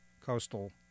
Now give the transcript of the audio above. coastal